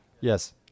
Yes